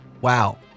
Wow